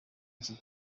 iki